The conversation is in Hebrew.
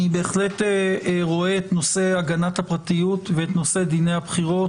אני בהחלט רואה את נושא הגנת הפרטיות ואת נושא דיני הבחירות